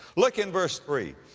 look in verse three.